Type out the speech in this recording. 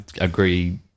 agree